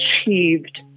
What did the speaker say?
achieved